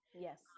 yes